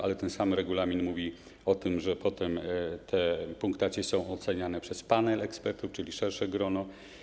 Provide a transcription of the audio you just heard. Ale ten sam regulamin mówi o tym, że potem te punktacje oceniane są przez panel ekspertów, czyli szersze grono.